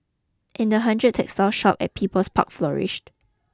and the hundred textile shops at People's Park flourished